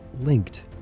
linked